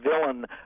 villain